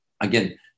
Again